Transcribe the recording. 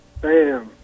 Bam